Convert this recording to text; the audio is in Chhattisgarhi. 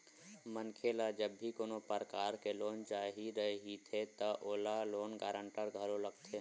मनखे ल जब भी कोनो परकार के लोन चाही रहिथे त ओला लोन गांरटर घलो लगथे